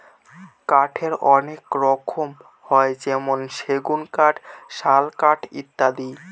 কাঠের অনেক রকম হয় যেমন সেগুন কাঠ, শাল কাঠ ইত্যাদি